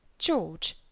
george,